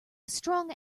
strong